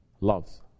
loves